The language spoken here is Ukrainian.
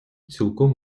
цілком